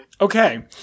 Okay